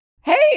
Hey